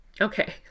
Okay